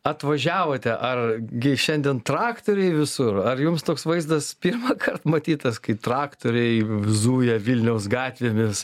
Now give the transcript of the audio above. atvažiavote ar gi šiandien traktoriai visur ar jums toks vaizdas pirmąkart matytas kai traktoriai zuja vilniaus gatvėmis